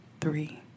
three